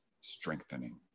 strengthening